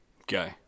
okay